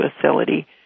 facility